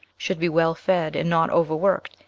should be well fed and not overworked,